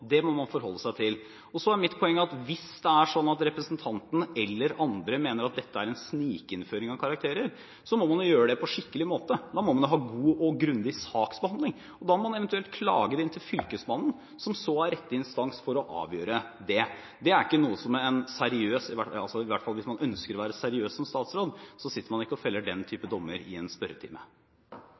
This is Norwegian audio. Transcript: det må man forholde seg til. Hvis det er sånn at representanten, eller andre, mener at dette er en snikinnføring av karakterer, må man jo gjøre det på en skikkelig måte – da må man ha en god og grundig saksbehandling, og da må man eventuelt klage det inn til fylkesmannen, som så er rette instans for å avgjøre det. Hvis man ønsker å være seriøs som statsråd, så sitter man ikke og feller den type dommer i en spørretime.